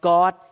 God